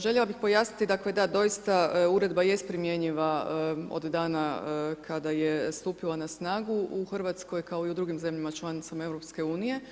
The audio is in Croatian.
Željela bih pojasniti, dakle da, doista uredba jest primjenjiva od dana kada je stupila na snagu u Hrvatskoj kao i u drugim zemljama članicama EU.